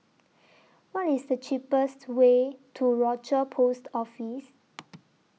What IS The cheapest Way to Rochor Post Office